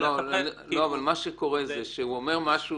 לא, אבל מה שקורה זה שהוא אומר משהו